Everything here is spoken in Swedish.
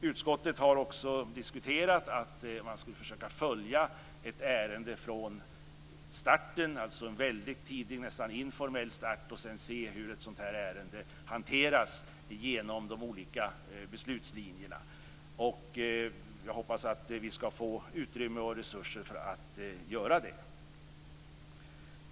Utskottet har också diskuterat att man skulle försöka följa ett ärende från starten, alltså nästan från den informella starten, och sedan se hur det hanteras genom de olika beslutslinjerna. Jag hoppas att vi skall få utrymme och resurser för att göra det.